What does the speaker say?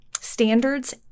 standards